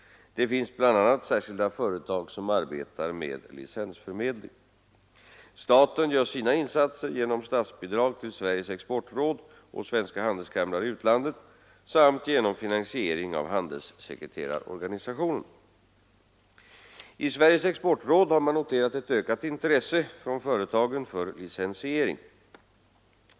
Det finns bl.a. särskilda företag som arbetar med licensförmedling. Staten gör sina insatser genom statsbidrag till Sveriges exportråd och svenska handelskamrar i utlandet samt genom finansiering av handelssekreterarorganisationen. I Sveriges exportråd har man noterat ett ökat intresse från företagen för licensiering.